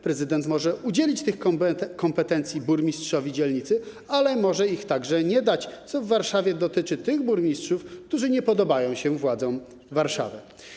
Prezydent może udzielić tych kompetencji burmistrzowi dzielnicy, ale może ich także nie dać, co w Warszawie dotyczy tych burmistrzów, którzy nie podobają się władzom Warszawy.